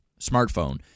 smartphone